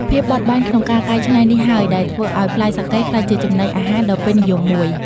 ភាពបត់បែនក្នុងការកែច្នៃនេះហើយដែលធ្វើឲ្យផ្លែសាកេក្លាយជាចំណីអាហារដ៏ពេញនិយមមួយ។